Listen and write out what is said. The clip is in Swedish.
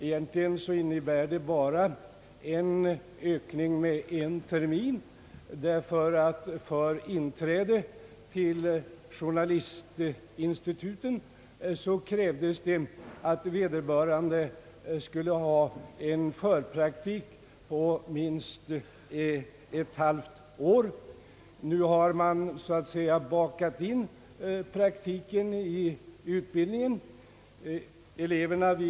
Egentligen innebär det bara en ökning med en termin, därför att för inträde till journalistinstituten krävdes, att vederbörande skulle ha en förpraktik på minst ett halvt år. Nu har man så att säga bakat in praktiken i utbildningen.